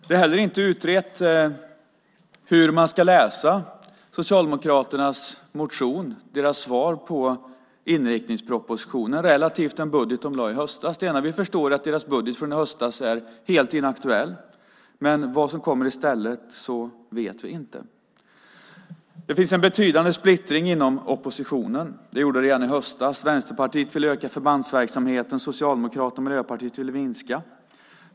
Det är heller inte utrett hur man ska läsa Socialdemokraternas motion, deras svar på inriktningspropositionen, relativt den budget de lade fram i höstas. Det enda vi förstår är att deras budget från i höstas är helt inaktuell. Vad som kommer i stället vet vi inte. Det finns en betydande splittring inom oppositionen. Det gjorde det redan i höstas. Vänsterpartiet ville öka förbandsverksamheten. Socialdemokraterna och Miljöpartiet ville minska den.